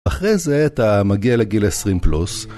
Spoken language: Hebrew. אחרי זה אתה מגיע לגיל 20 פלוס